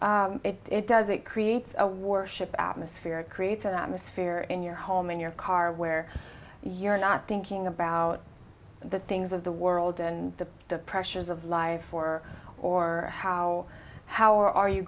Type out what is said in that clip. music is it does it creates a warship atmosphere it creates an atmosphere in your home in your car where you're not thinking about the things of the world and the the pressures of life or or how how or are you